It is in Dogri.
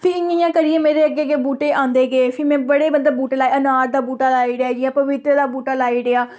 फ्ही इ'यां इ'यां करिये मेरे अग्गें अग्गें बूह्टे आंदे गे फिर में बड़े मतलब बूह्टे लाये अनार दा बूह्टा लाई ओड़ेआ पपीते दा बूह्टा लाई ओड़ेआ